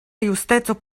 justeco